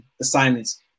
assignments